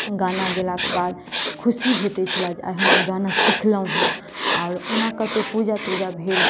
गाना गेलाकेँ बाद खुशी भेटै छल जे आई हम गाना सिखलहुँ हँ आओर ओना कतहुँ पूजा तूजा भेल